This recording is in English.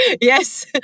Yes